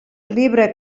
libre